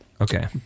Okay